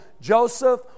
Joseph